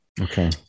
Okay